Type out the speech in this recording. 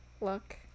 look